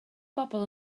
bobl